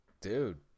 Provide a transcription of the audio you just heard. Dude